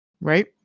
right